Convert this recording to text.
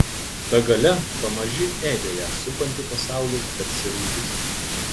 ta galia pamaži ėdė ją supantį pasaulį tarsi rūdys